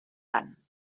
tant